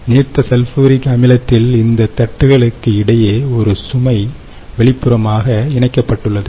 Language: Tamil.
நீர்த்த சல்பூரிக் அமிலத்தில் இந்த தட்டுகளுக்கு இடையே ஒரு சுமை வெளிப்புறமாக இணைக்கப்பட்டுள்ளது